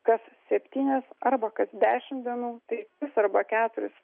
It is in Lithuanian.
kas septynias arba kas dešimt dienų tai tris arba keturis